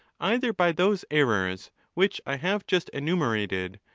either by those errors which i have just enumerated,